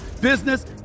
business